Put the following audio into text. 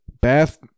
bath